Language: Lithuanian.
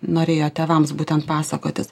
norėjo tėvams būtent pasakotis